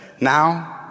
Now